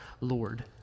Lord